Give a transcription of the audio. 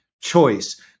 choice